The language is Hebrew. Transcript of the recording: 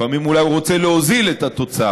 לפעמים הוא אולי רוצה להוזיל את התוצר.